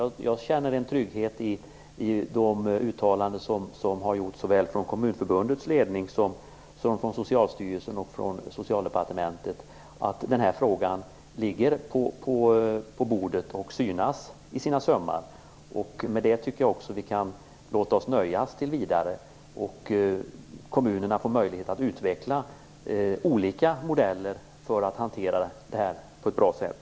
Jag känner en trygghet i de uttalanden som har gjorts från Kommunförbundets ledning, Socialstyrelsen och Socialdepartementet om att denna fråga ligger på bordet och synas i sina sömmar. Med det tycker jag att vi kan låta oss nöja tills vidare, och kommunerna får möjlighet att utveckla olika modeller för att hantera detta på ett bra sätt.